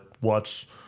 watch